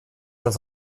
das